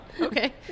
Okay